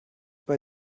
bei